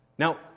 Now